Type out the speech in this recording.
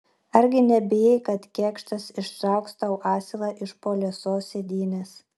argi nebijai kad kėkštas ištrauks tau asilą iš po liesos sėdynės